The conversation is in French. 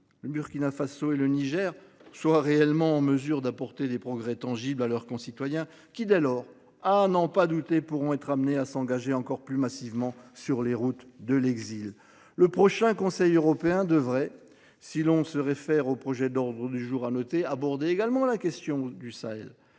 le Burkina Faso et le Niger soit en mesure d’apporter des progrès tangibles à leurs concitoyens, qui pourront, à n’en pas douter, être amenés à prendre plus massivement encore les routes de l’exil. Le prochain Conseil européen devrait, si l’on se réfère au projet d’ordre du jour annoté, aborder également la question du Sahel.